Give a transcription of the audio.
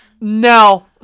No